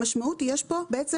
המשמעות היא שיש פה חזקה